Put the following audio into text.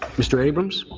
mr. abrams?